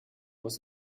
muss